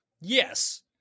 Yes